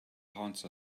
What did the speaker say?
haunts